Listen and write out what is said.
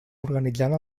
organitzant